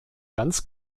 ganz